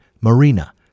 Marina